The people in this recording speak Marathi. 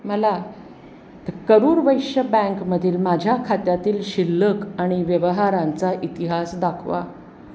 मला करूर वैश्य बँकमधील माझ्या खात्यातील शिल्लक आणि व्यवहारांचा इतिहास दाखवा